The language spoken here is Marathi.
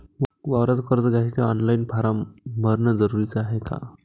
वावराच कर्ज घ्यासाठी ऑनलाईन फारम भरन जरुरीच हाय का?